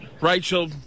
Rachel